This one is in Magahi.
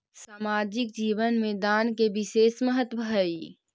सामाजिक जीवन में दान के विशेष महत्व हई